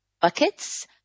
buckets